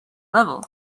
level